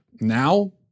Now